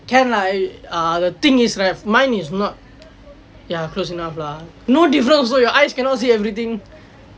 can lah the thing is right mine is not ya close enough lah no difference also your eyes cannot see everything